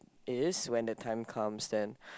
is when the time comes then